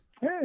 Hey